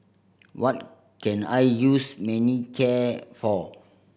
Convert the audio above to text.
what can I use Manicare for